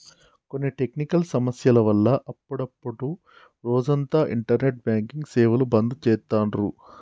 కొన్ని టెక్నికల్ సమస్యల వల్ల అప్పుడప్డు రోజంతా ఇంటర్నెట్ బ్యాంకింగ్ సేవలు బంద్ చేత్తాండ్రు